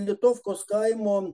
litofkos kaimo